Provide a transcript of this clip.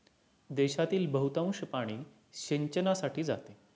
देशातील बहुतांश पाणी सिंचनासाठी जाते